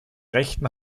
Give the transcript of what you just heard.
rechten